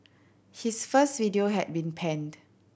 his first video had been panned